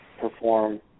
perform